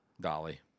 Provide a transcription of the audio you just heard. Dolly